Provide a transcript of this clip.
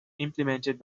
implemented